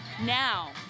now